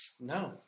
No